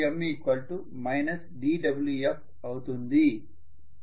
అప్పుడు dWm dWf అవుతుంది